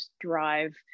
drive